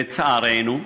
לצערנו,